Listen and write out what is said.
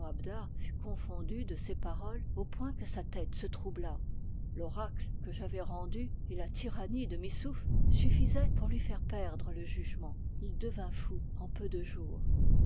confondu de ces paroles au point que sa tête se troubla l'oracle que j'avais rendu et la tyrannie de missouf suffisaient pour lui faire perdre le jugement il devint fou en peu de jours